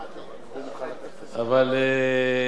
אבל יש עוד המון בעיות,